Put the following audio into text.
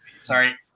Sorry